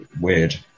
weird